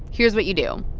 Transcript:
here's what you do.